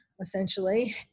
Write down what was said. essentially